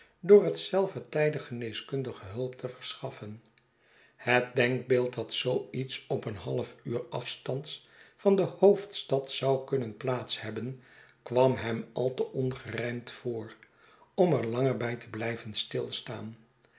door hetzelve tijdig geneeskundige hulp te verschaffen het denkbeeld dat zoo iets op een half uur af stands van de hoofdstad zou kunnen plaats hebben kwam hem al te ongerijmd voor om er langer bij te blijven stilstaan